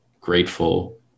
grateful